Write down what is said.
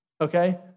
okay